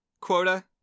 quota